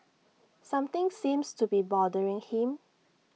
something seems to be bothering him